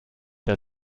der